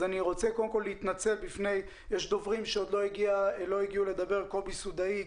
אני רוצה להתנצל בפני הדוברים שלא הספיקו לדבר קובי סודאי,